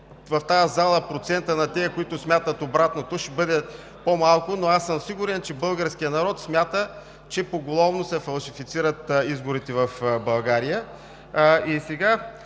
в тази зала процентът на тези, които смятат обратното, ще бъде по-малък, но аз съм сигурен, че българският народ смята, че поголовно се фалшифицират изборите в България.